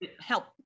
Help